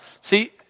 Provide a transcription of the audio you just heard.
see